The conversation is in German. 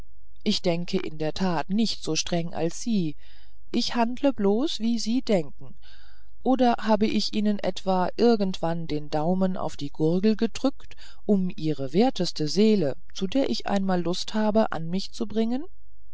ich denke in der tat nicht so streng als sie ich handle bloß wie sie denken oder hab ich ihnen etwa irgend wann den daumen auf die gurgel gedrückt um ihre werteste seele zu der ich einmal lust habe an mich zu bringen